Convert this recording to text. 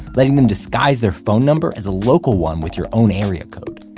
letting them disguise their phone number as a local one with your own area code.